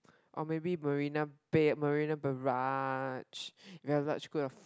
or maybe Marina-Bay Marina-Barrage we have large group of